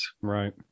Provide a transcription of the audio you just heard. right